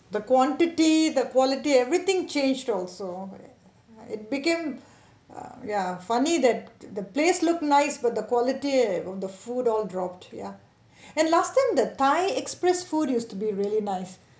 the quantity the quality everything changed also it became ah ya funny that the place look nice but the quality of the food all dropped ya and last time the thai express food used to be really nice